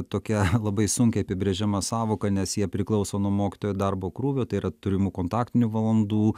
tokia labai sunkiai apibrėžiama sąvoka nes jie priklauso nuo mokytojo darbo krūvio tai yra turimų kontaktinių valandų